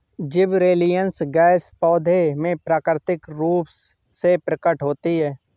gibberellins gas पौधों में प्राकृतिक रूप से प्रकट होती है